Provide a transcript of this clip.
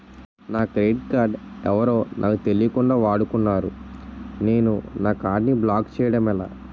నా credit card ఎవరో నాకు తెలియకుండా వాడుకున్నారు నేను నా కార్డ్ ని బ్లాక్ చేయడం ఎలా?